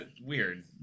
weird